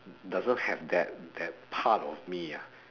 doesn't have that that part of me ah